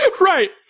Right